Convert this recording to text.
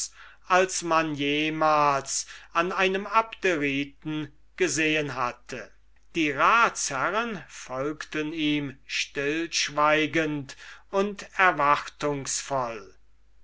als man jemals an einem abderiten gesehen hatte die ratsherren folgten ihm stillschweigend und erwartungsvoll